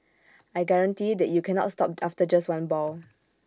I guarantee that you cannot stop after just one ball